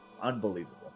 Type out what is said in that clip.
Unbelievable